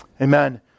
Amen